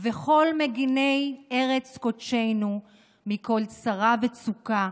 וכל מגיני ארץ קודשנו מכל צרה וצוקה,